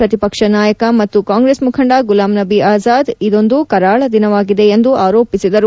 ಪ್ರತಿಪಕ್ಷದ ನಾಯಕ ಮತ್ತು ಕಾಂಗ್ರೆಸ್ ಮುಖಂಡ ಗುಲಾಂ ನಬಿ ಆಜಾದ್ ಇದೊಂದು ಕರಾಳದಿನವಾಗಿದೆ ಎಂದು ಆರೋಪಿಸಿದರು